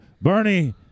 Bernie